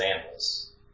animals